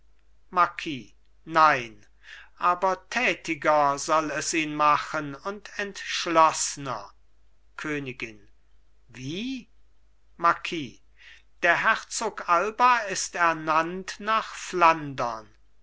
marquis nein aber tätiger soll es ihn machen und entschloßner königin wie marquis der herzog alba ist ernannt nach flandern